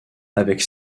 avec